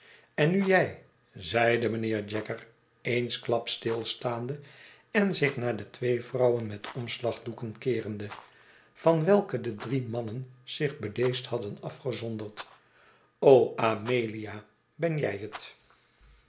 en nu jij zeide mijnheer jaggers eensklaps stilstaande en zich naar de twee vrouwen met omslagdoeken keerende van welke de drie mannen zich bedeesd hadden afgezonderd amelia ben jij het